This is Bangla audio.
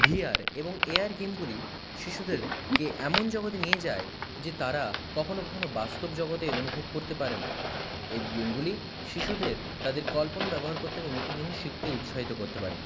ভি আর এবং এ আর গেমগুলি শিশুদেরকে এমন জগতে নিয়ে যায় যে তারা কখনও কখনও বাস্তব জগতে অনুভব করতে পারে না এ ভি গেমগুলি শিশুদের তাদের কল্পনা ব্যবহার করতে এবং নতুন জিনিস শিখতে উৎসাহিত করতে পারে